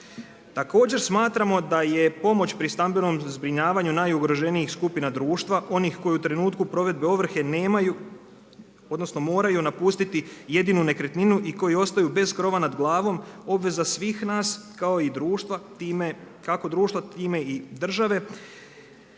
Također smatramo da je pomoć pri stambenom zbrinjavanju najugroženijih skupina društva onih koji u trenutku provedbe ovrhe nemaju, odnosno moraju napustiti jedinu nekretninu i koji ostaju bez krova nad glavom obveza svih nas kao i društva time, kako